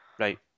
Right